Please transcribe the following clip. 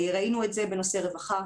ראינו את זה בנושא רווחה,